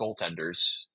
goaltenders